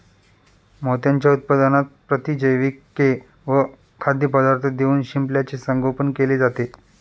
मोत्यांच्या उत्पादनात प्रतिजैविके व खाद्यपदार्थ देऊन शिंपल्याचे संगोपन केले जाते